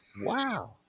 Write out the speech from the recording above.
Wow